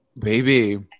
baby